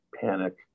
panic